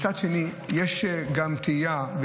מצד שני יש גם תהייה,